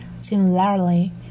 Similarly